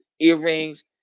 earrings